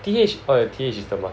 T_H orh your T_H is Tema~